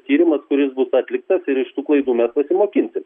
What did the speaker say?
tyrimas kuris bus atliktas ir iš tų klaidų mes pasimokinsim